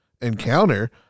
encounter